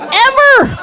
ever!